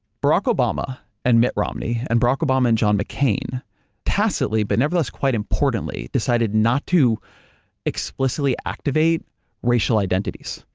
barack obama and mitt romney and barack obama and john mccain tacitly but nevertheless quite importantly decided not to explicitly activate racial identities.